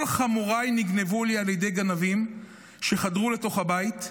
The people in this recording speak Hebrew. כל חמוריי נגנבו לי על ידי גנבים שחדרו לתוך הבית,